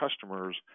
customers